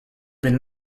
been